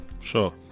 sure